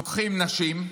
לוקחים נשים,